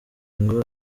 ngo